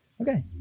okay